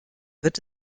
wird